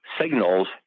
signals